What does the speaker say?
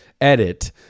edit